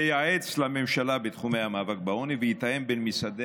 ייעץ לממשלה בתחומי המאבק בעוני ויתאם בין משרדי